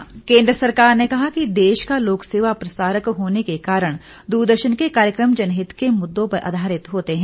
लोकसमा दूरदर्शन केन्द्र सरकार ने कहा है कि देश का लोक सेवा प्रसारक होने के कारण दूरदर्शन के कार्यक्रम जनहित के मुद्दों पर आधारित होते हैं